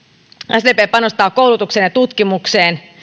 sdp panostaa koulutukseen ja tutkimukseen